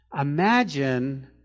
Imagine